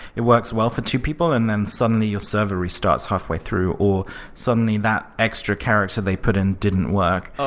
it works well for two people and then suddenly your server restarts halfway through, or suddenly that extra character they put in didn't work.